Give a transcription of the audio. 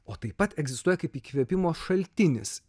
o taip pat egzistuoja kaip įkvėpimo šaltinis